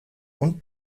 und